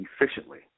efficiently